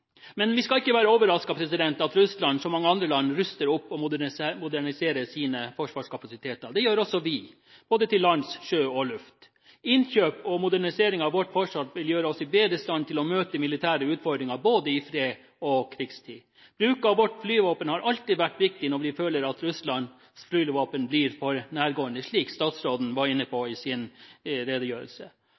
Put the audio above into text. Men vi skal ikke være overrasket over at Russland – som mange andre land – ruster opp og moderniserer sine forsvarskapasiteter. Det gjør også vi – både til lands, til sjøs og i luft. Innkjøp og modernisering av vårt forsvar vil gjøre oss i bedre stand til å møte militære utfordringer både i fredstid og i krigstid. Bruk av vårt flyvåpen har alltid vært viktig når vi føler at Russlands flyvåpen blir for nærgående, slik statsråden var inne på i sin redegjørelse.